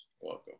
Welcome